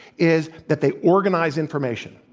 is that they organize information,